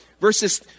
verses